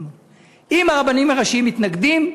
מתנגדים,